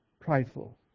prideful